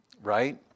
right